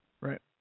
Right